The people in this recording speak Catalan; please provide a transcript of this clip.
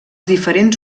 diferents